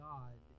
God